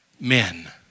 Men